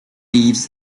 leaves